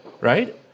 Right